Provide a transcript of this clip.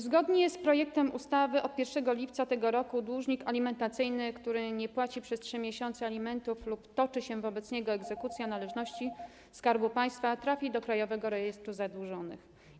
Zgodnie z projektem ustawy od 1 lipca tego roku dłużnik alimentacyjny, który nie płaci przez 3 miesiące alimentów lub toczy się wobec niego egzekucja należności Skarbu Państwa, trafi do Krajowego Rejestru Zadłużonych.